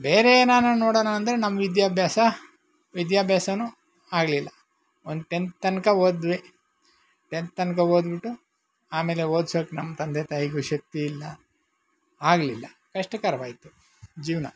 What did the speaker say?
ಬೇರೇನಾರ ನೋಡಣ ಅಂದರೆ ನಮ್ಮ ವಿದ್ಯಾಭ್ಯಾಸ ವಿದ್ಯಾಭ್ಯಾಸನೂ ಆಗಲಿಲ್ಲ ಒಂದು ಟೆಂತ್ ತನಕ ಓದ್ವಿ ಟೆಂತ್ ತನಕ ಓದಿಬಿಟ್ಟು ಆಮೇಲೆ ಓದ್ಸೋಕ್ಕೆ ನಮ್ಮ ತಂದೆ ತಾಯಿಗೂ ಶಕ್ತಿ ಇಲ್ಲ ಆಗಲಿಲ್ಲ ಕಷ್ಟಕರವಾಯಿತು ಜೀವನ